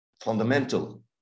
fundamental